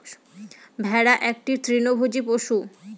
ভেড়া একটি তৃণভোজী পশু